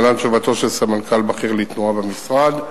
להלן תשובתו של סמנכ"ל בכיר לתנועה במשרד: